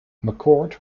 mccord